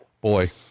Boy